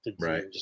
Right